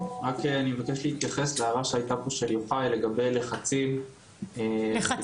אני מבקש להתייחס להערה של יוחאי וג'ימה לגבי לחצי מים